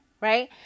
right